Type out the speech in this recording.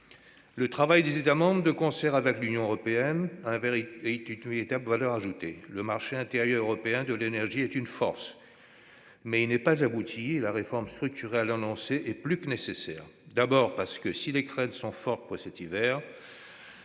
Le travail des États membres de concert avec l'Union européenne constitue une véritable valeur ajoutée. Le marché intérieur européen de l'énergie est une force, mais il n'est pas abouti, et la réforme structurelle annoncée est plus que nécessaire. Tout d'abord, parce que si les craintes sont fortes pour cet hiver,